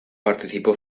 participó